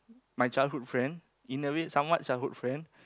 my childhood friend in a way somewhat childhood friend